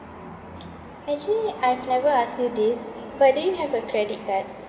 actually I've never asked you this but do you have a credit card